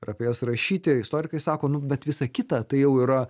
ir apie jas rašyti istorikai sako nu bet visa kita tai jau yra